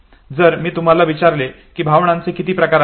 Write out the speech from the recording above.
जर मी तुम्हाला विचारले कि भावनांचे किती प्रकार आहेत